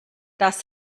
das